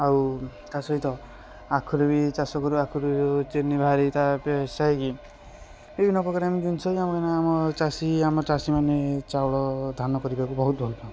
ଆଉ ତା' ସହିତ ଆଖୁରେ ବି ଚାଷ କରୁ ଆଖୁରୁ ଚିନି ବାହାରେ ତାହା ପେଶା ହେଇକି ବିଭିନ୍ନପ୍ରକାର ଆମେ ଜିନିଷକୁ ଆମର ଆମେ ଆମ ଚାଷୀ ଆମ ଚାଷୀମାନେ ଚାଉଳ ଧାନ କରିବାକୁ ବହୁତ ଭଲପାଆନ୍ତି